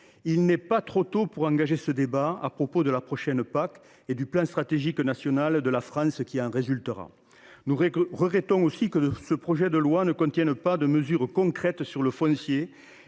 Il n’est pas trop tôt pour engager ce débat à propos de la prochaine PAC et du plan stratégique national de la France qui en résultera. Nous regrettons aussi que ce projet de loi ne contienne pas de mesures concrètes sur le foncier.